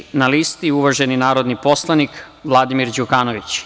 Sledeći na listi je uvaženi narodni poslanik Vladimir Đukanović.